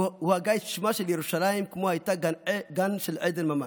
הוא הגה את שמה של ירושלים כמו הייתה גן של עדן ממש,